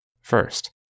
First